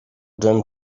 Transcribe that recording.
then